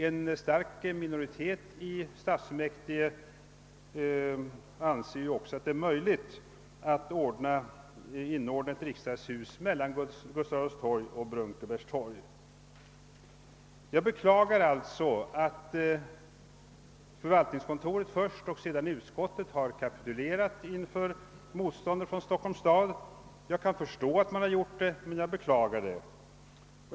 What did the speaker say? En stark minoritet i stadsfullmäktige anser ju för övrigt att det är möjligt att inordna ett riksdagshus mellan Gustav Adolfs torg och Brunkebergstorg. Jag beklagar alltså att först förvaltningskontoret och sedan utskottet har kapitulerat inför motståndet från Stockholms stad. Jag kan förstå det, men jag beklagar det.